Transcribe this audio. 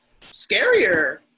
scarier